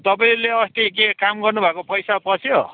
तपाईँले अस्ति के काम गर्नु भएको पैसा पस्यो